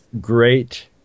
great